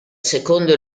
secondo